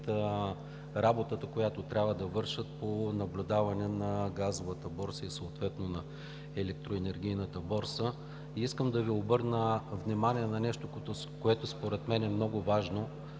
работата, която трябва да вършат по наблюдаване на Газовата борса и съответно на Електроенергийната борса. Искам да Ви обърна внимание на нещо, което според мен е много важно